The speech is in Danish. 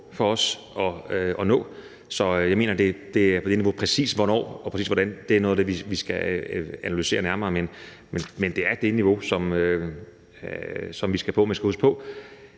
for os. Så jeg mener, at det er på det niveau. Præcis hvornår og hvordan vi når det, er noget af det, vi skal analysere nærmere. Men det er det niveau, vi skal op på. Man skal huske på,